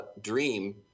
dream